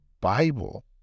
Bible